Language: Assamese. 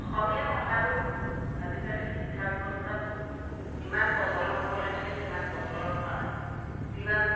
অসমীয়া ভাষাটো আজিকালি শিক্ষা ব্যৱস্থাত যিমান প্ৰচলন হ'ব লাগিছিলে সিমান প্ৰচলন হোৱা নাই যিমান